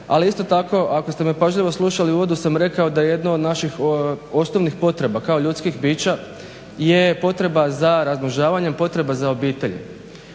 ali isto tako ako ste me pažljivo slušali u uvodu sam rekao da jedno od naših osnovnih potreba kao ljudskih bića je potreba za razmnožavanjem, potreba za obitelji,